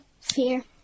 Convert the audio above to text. fear